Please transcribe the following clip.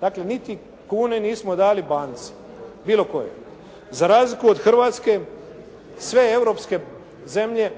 Dakle niti kune nismo dali banci, bilo kojoj. Za razliku od Hrvatske, sve europske zemlje,